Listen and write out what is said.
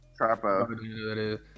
Trapo